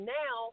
now